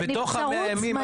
בתוך ה- 100 ימים,